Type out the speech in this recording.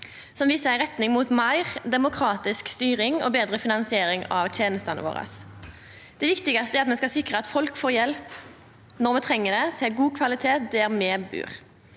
som viser ei retning mot meir demokratisk styring og betre finansiering av tenestene våre. Det viktigaste er at me skal sikra at folk får hjelp når dei treng det, av god kvalitet og der dei bur.